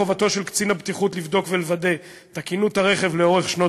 חובתו של הקצין בטיחות לבדוק ולוודא את תקינות הרכב לאורך שנות